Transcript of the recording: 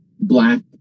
black